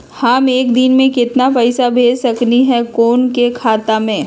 हम एक दिन में केतना पैसा भेज सकली ह कोई के खाता पर?